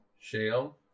Shale